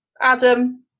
Adam